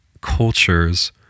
cultures